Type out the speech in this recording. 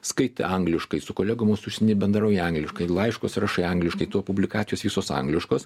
skaitai angliškai su kolegomis užsienyje bendrauji angliškai laiškus rašai angliškai tavo publikacijos visos angliškos